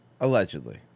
Allegedly